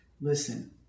listen